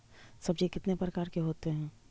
सब्जी कितने प्रकार के होते है?